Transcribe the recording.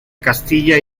castilla